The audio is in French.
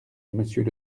monsieur